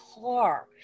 car